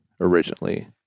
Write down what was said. originally